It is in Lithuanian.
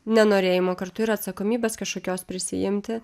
nenorėjimo kartu ir atsakomybės kažkokios prisiimti